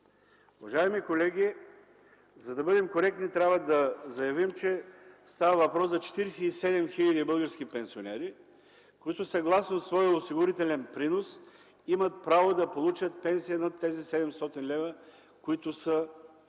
Уважаеми колеги, за да бъдем коректни, трябва да заявим, че става въпрос за 47 хиляди български пенсионери, които съгласно своя осигурителен принос имат право да получат пенсия над тези 700 лв., които в